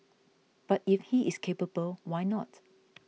but if he is capable why not